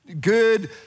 good